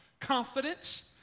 confidence